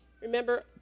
remember